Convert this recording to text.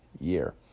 year